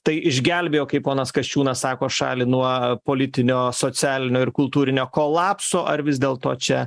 tai išgelbėjo kai ponas kasčiūnas sako šalį nuo politinio socialinio ir kultūrinio kolapso ar vis dėlto čia